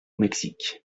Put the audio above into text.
mexique